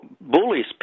bullies